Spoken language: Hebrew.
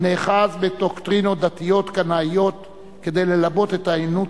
הנאחז בדוקטרינות דתיות קנאיות כדי ללבות את העוינות